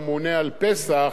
אז גם הוא חלק ממערכת הביטחון.